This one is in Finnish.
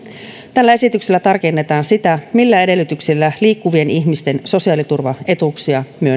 tällä esityksellä tarkennetaan sitä millä edellytyksillä liikkuvien ihmisten sosiaaliturvaetuuksia